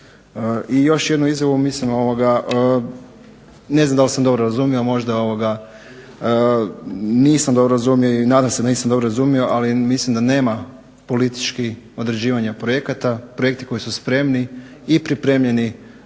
I još jednu izjavu, mislim ne znam da li sam dobro razumio, možda nisam dobro razumio i nadam se da nisam dobro razumio. Ali mislim da nema politički određivanja projekata. Projekti koji su spremni i pripremljeni